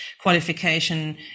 qualification